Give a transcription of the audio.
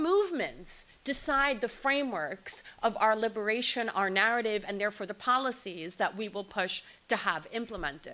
movements decide the frameworks of our liberation our narrative and therefore the policies that we will push to have implemented